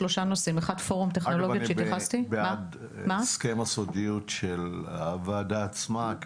אני בעד הסכם הסודיות של הוועדה עצמה,